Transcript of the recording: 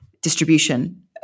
distribution